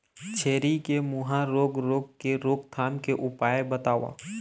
छेरी के मुहा रोग रोग के रोकथाम के उपाय बताव?